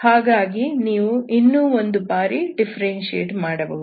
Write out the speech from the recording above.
ಹಾಗಾಗಿ ನೀವು ಇನ್ನೂ ಒಂದು ಬಾರಿ ಡಿಫ್ಫೆರೆನ್ಶಿಯೇಟ್ ಮಾಡಬಹುದು